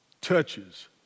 Touches